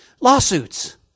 lawsuits